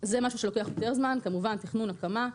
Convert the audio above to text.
זה משהו שלוקח יותר זמן, כמובן, תכנון, הקמה.